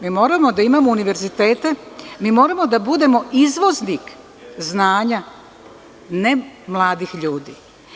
Mi moramo da imamo univerzitete, mi moramo da budemo izvoznik znanja, ne mladih ljudi.